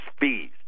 fees